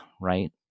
right